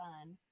fun